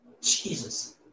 Jesus